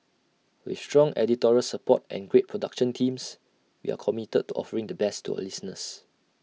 with strong editorial support and great production teams we are committed to offering the best to our listeners